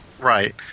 Right